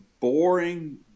boring